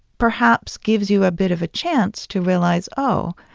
perhaps, gives you a bit of a chance to realize, oh,